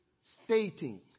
stating